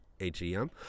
H-E-M